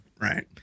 Right